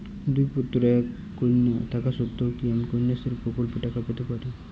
দুই পুত্র এক কন্যা থাকা সত্ত্বেও কি আমি কন্যাশ্রী প্রকল্পে টাকা পেতে পারি?